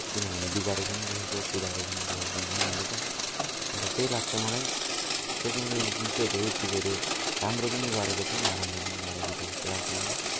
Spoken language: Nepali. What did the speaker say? किनभने बिगारेको पनि देखेको सुधारेको पनि देखेको होइन अहिले त अन्त त्यही लाग्छ मलाई टेक्नोलोजीले चाहिँ धेरै चिजहरू राम्रो पनि गरेको छ नराम्रो पनि गरेको छ जस्तो लाग्छ मलाई